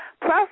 Plus